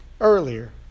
earlier